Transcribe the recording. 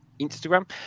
Instagram